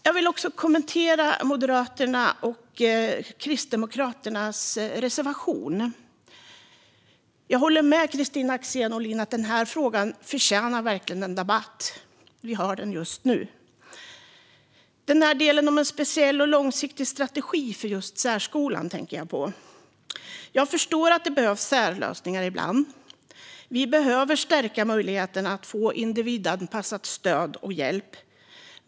Jag vill också kommentera Moderaternas och Kristdemokraternas reservation. Jag håller med Kristina Axén Olin om att den här frågan verkligen förtjänar en debatt, och det har vi just nu. Jag tänker på delen om en speciell och långsiktig strategi för just särskolan. Jag förstår att det behövs särlösningar ibland. Vi behöver stärka möjligheten att få hjälp och individanpassat stöd.